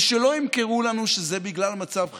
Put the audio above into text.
ושלא ימכרו לנו שזה בגלל מצב החירום.